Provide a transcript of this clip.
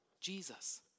Jesus